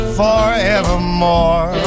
forevermore